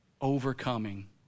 Overcoming